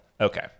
Okay